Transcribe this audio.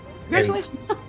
Congratulations